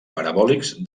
parabòlics